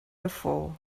before